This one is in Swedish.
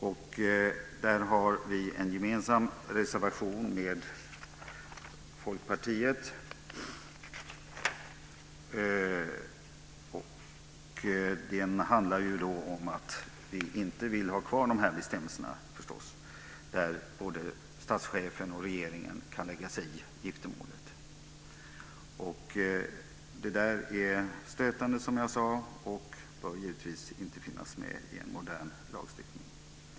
Vi har avgivit en gemensam reservation med Folkpartiet som handlar om att vi inte vill ha kvar bestämmelserna om att både statschefen och regeringen kan lägga sig i giftermålet. Dessa bestämmelser är stötande, som jag sade, och de bör givetvis inte finnas med i en modern lagstiftning.